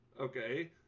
Okay